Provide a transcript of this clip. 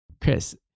Chris